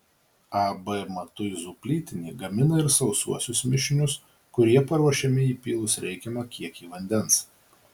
ab matuizų plytinė gamina ir sausuosius mišinius kurie paruošiami įpylus reikiamą kiekį vandens